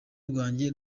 rwanjye